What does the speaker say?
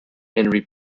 henry